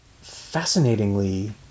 fascinatingly